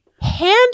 hand